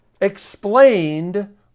explained